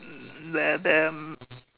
they're damn